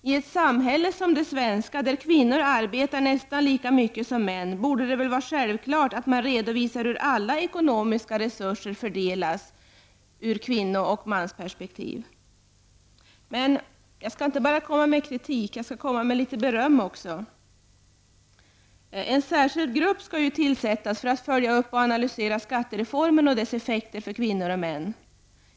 I ett samhälle som det svenska, där kvinnorna arbetar nästan lika mycket som män, borde det vara självklart att man redovisar hur alla ekonomiska resurser fördelas ur kvinno och mansperspektiv. Jag skall inte bara komma med kritik; jag skall ge litet beröm också. En särskild grupp skall följa upp och analysera skattereformen och dess effekter för kvinnor och män.